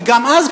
וגם אז,